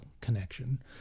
connection